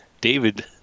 David